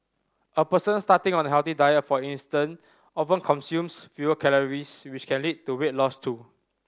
a person starting on a healthy diet for instance often consumes fewer calories which can lead to weight loss too